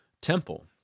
temple